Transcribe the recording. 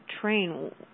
train